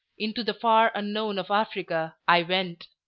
into the far unknown of africa, i went.